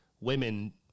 women